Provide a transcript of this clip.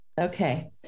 Okay